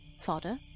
Fodder